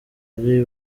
ari